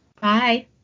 bye